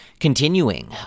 Continuing